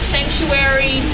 Sanctuary